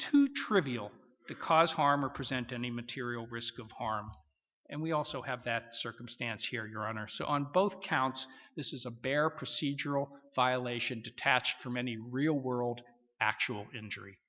too trivial to cause harm or present any material risk of harm and we also have that circumstance here on our so on both counts this is a bare procedural violation detached from any real world actual injury